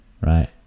right